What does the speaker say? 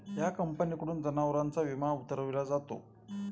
या कंपनीकडून जनावरांचा विमा उतरविला जातो